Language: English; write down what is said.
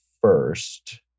first